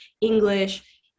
English